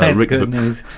and good news.